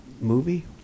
movie